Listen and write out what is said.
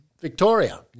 Victoria